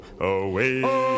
away